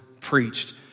preached